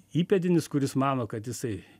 įpėdinis kuris mano kad jisai